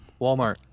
Walmart